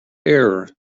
error